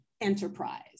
enterprise